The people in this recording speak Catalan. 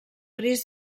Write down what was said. risc